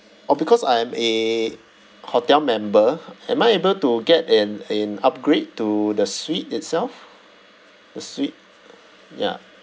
orh because I am a hotel member am I able to get an an upgrade to the suite itself the suite ya